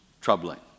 troubling